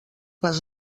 les